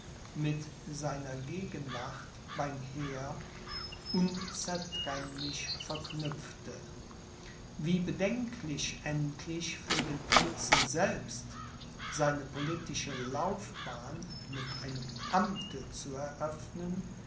mit seiner gegenwart beim heer unzertrennlich verknüpfte wie bedenklich endlich für den prinzen selbst seine politische laufbahn mit einem amte zu eröffnen